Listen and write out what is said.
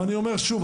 ואני אומר שוב,